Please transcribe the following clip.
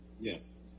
Yes